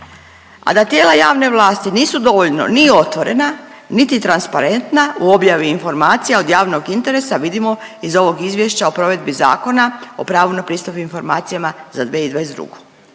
A da tijela javne vlasti nisu dovoljno ni otvorena niti transparentna u objavi informacija od javnog interesa vidimo iz ovog izvješća o provedbi Zakona o pravu na pristup informacijama za 2022.